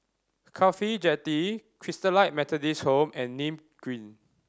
CAFHI Jetty Christalite Methodist Home and Nim Green